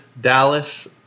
Dallas